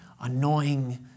annoying